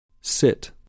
Sit